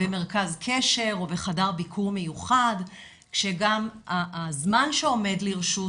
במרכז קשר או בחדר ביקור מיוחד כשגם הזמן שעומד לרשות